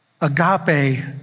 Agape